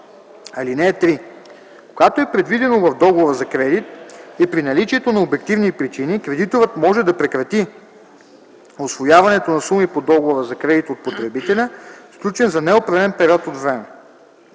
това. (3) Когато е предвидено в договора за кредит и при наличието на обективни причини, кредиторът може да прекрати усвояването на суми по договора за кредит от потребителя, сключен за неопределен период от време.